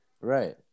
Right